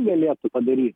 galėtų padaryt